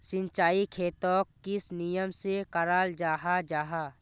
सिंचाई खेतोक किस नियम से कराल जाहा जाहा?